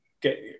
get